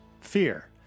fear